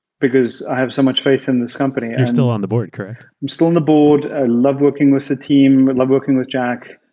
because i have so much faith in this company. you're still on the board, correct? i'm still on the board. i love working with the team. i love working with jack.